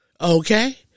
Okay